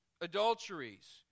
adulteries